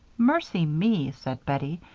mercy me, said bettie,